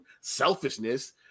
selfishness